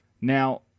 Now